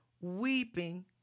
weeping